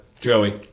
Joey